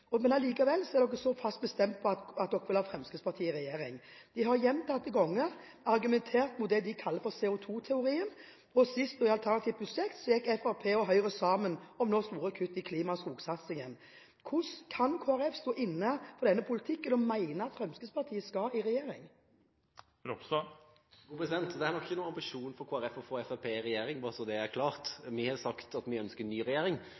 klimaparti, men er det på skikkelig, er så fast bestemt på å ha Fremskrittspartiet i regjering. De har gjentatte ganger argumentert mot det de kaller CO2-teorien, og senest i alternativt budsjett gikk Høyre og Fremskrittspartiet sammen om store kutt i klima- og skogsatsingen. Hvordan kan Kristelig Folkeparti stå inne for denne politikken og mene at Fremskrittspartiet skal i regjering? Det er ikke noen ambisjon for Kristelig Folkeparti å få Fremskrittspartiet i regjering, bare så det er klart. Vi har sagt at vi ønsker ny regjering,